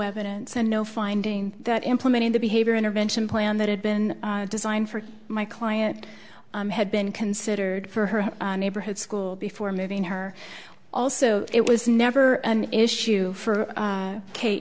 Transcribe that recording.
evidence and no finding that implementing the behavior intervention plan that had been designed for my client had been considered for her neighborhood school before moving her also it was never an issue for